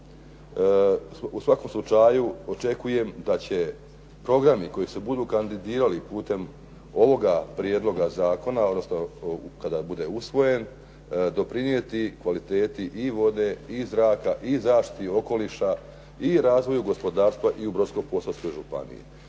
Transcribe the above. u svakom slučaju očekujem da će programi koji se budu kandidirali putem ovoga prijedloga zakona, odnosno kada bude usvojen doprinijeti kvaliteti i vode i zraka i zaštiti okoliša i razvoju gospodarstva i u Brodsko-posavskoj županiji.